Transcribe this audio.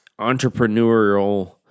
entrepreneurial